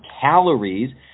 calories